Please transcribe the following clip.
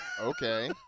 Okay